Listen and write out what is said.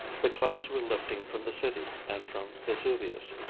the clouds were lifting from the city and from vesuvius,